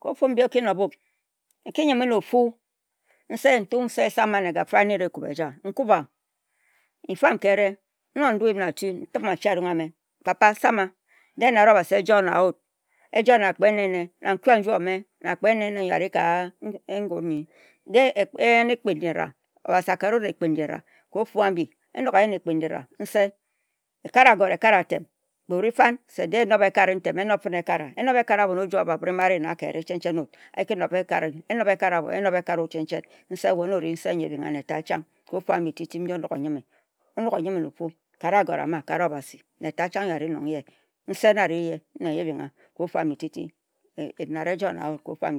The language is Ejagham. Ofu mbi oki nomwne, oki yemhe na ofu. okup nse se, sang na egafra. Nkup wue dey otue obha ojue na nya ya ka ofu mbi okare wut nna, nnkupwue nfam ka erie. Nnkok ndonyin na atue, ntem achi arung nkup wue se papa, dehe enare ejuwue nawut. na nkuwue nju ome, a na abhon ame ana anne ame chen chen obhase akare wut ekpin ji ra ka ofo ambi. Ekak agore akare atem se dehe enob ekare wut, ekare annw ndip nju amere chen chen. Enob ekare anne ngun chen chen ma abhinghe mbing eya. Enob ekare wat, nna enob ekare wat, nna enob ekare ngun. Nse. wue na ori nse yor ebhinghe. nse yor tat chang. Na agore ma okakha ka ofu ambi titi onok oyim he na ofo. Kak agore ama okariye. Nse na ari ye yo obhingha. se nse dehe enare eja ejue na wut ka ofo